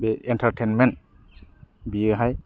बे इन्टारटेनमेन्ट बेयाव हाय